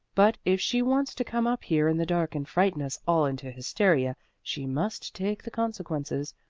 but if she wants to come up here in the dark and frighten us all into hysteria she must take the consequences.